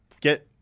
get